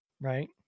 right